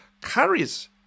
carries